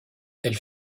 elle